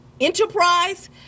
enterprise